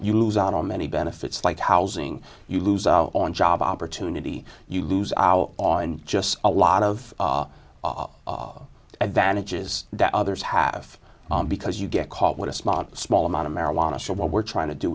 you lose out on many benefits like housing you lose on job opportunity you lose out on just a lot of advantages that others have because you get caught with a small small amount of marijuana so what we're trying to do